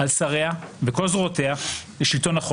על שריה וכל זרועותיה לשלטון החוק.